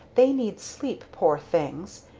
they need sleep, poor things!